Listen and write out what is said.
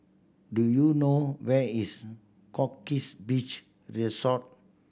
do you know where is Goldkist Beach Resort